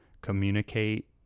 communicate